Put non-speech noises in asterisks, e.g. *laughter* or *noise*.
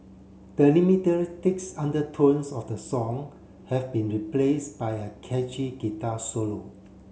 the *unintelligible* undertones of the song have been replace by a catchy guitar solo